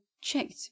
checked